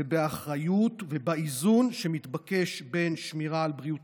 ובאחריות ובאיזון המתבקש בין שמירה על בריאות